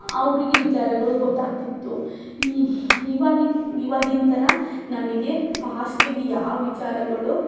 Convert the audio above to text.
ಅವರಿಗೆ ವಿಚಾರಗಳು ಗೊತಾಗ್ತಿತ್ತು ಈ ಇವಾಗಿನ ಇವಾಗಿನ ಥರ ನಮಗೆ ಫಾಸ್ಟಾಗಿ ಯಾವ ವಿಚಾರಗಳು